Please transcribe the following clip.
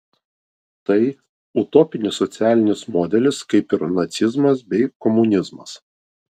tai utopinis socialinis modelis kaip ir nacizmas bei komunizmas